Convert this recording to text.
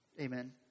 Amen